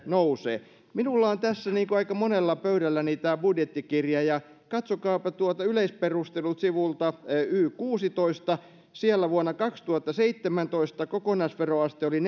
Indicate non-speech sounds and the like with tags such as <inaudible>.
<unintelligible> nousee minulla on tässä niin kuin aika monella pöydällä tämä budjettikirja ja katsokaapa yleisperustelut sivulta y kuudennellatoista siellä vuonna kaksituhattaseitsemäntoista kokonaisveroaste oli <unintelligible>